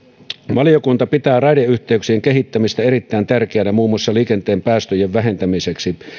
valiokunta pitää raideyhteyksien kehittämistä erittäin tärkeänä muun muassa liikenteen päästöjen vähentämiseksi